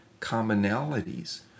commonalities